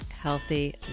healthy